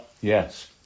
Yes